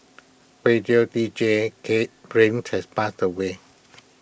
radio deejay Kate Reyes had passed away